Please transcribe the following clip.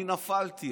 אני נפלתי,